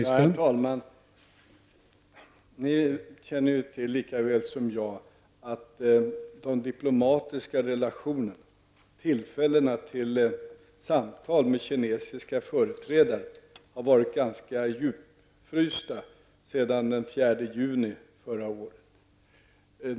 Herr talman! Ni känner lika väl som jag till att de diplomatiska relationerna och tillfällena till samtal med kinesiska företrädare har varit ganska djupfrysta sedan den 4 juni förra året.